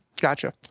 Gotcha